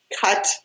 cut